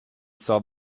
saw